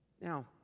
Now